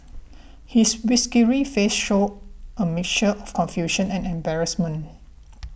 his whiskery face shows a mixture of confusion and embarrassment